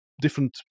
different